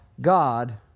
God